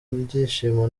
byishimo